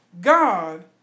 God